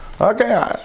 Okay